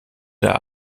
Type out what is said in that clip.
der